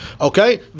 Okay